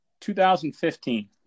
2015